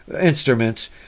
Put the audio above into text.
instruments